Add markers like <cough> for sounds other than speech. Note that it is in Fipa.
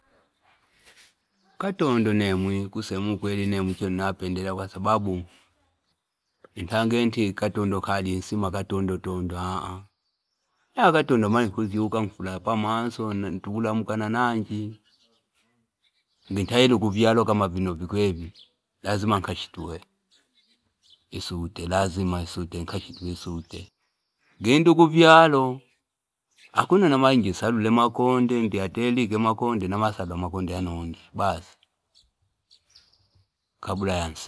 Katondo nemwi kusema ukweli nemwi chanzo nampendelea kwa sababu ntange inti katondo inkalya insima katondota <noise> <hesitation> yani katondo mara nkuzyuka inafulala pamanso tukulamkana na anjingi ntaile kuvyalo kama vino vikwene vi ilazima nkashitue isute ilazima nkashitue isute ngiindi ukavyalo ukuninamalinji insahule amakonde ngi yatike amakonde nimasalahika ama konde ayano indiye basi kabla yasima.